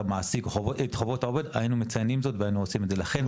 המעסיק או חובות העובד היינו מציינים זאת והיינו עושים את זה ולכן